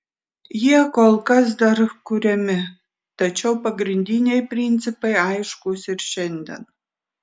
jie kol kas dar kuriami tačiau pagrindiniai principai aiškūs ir šiandien